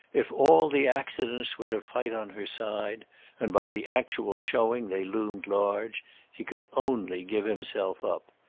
if all the accidents were to fight on her side and by the actual showing they loomed large he could only give himself up.